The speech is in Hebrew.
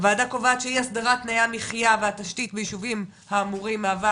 הוועדה קובעת שאי הסדרת תנאיי המחייה והתשתית בישובים האמורים מהווה